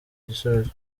igisubizo